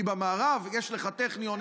כי במערב יש לך טכניון,